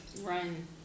Run